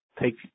take